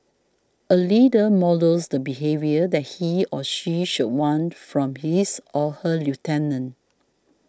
a leader models the behaviour that he or she should want from his or her lieutenants